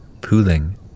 pooling